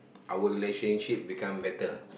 our relationship become better